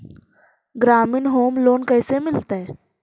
ग्रामीण home loan कैसे मिलतै?